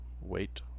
wait